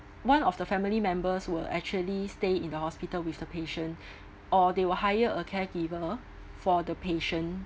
one of the family members will actually stay in the hospital with the patient or they will hire a caregiver for the patient